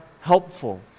helpful